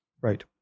Right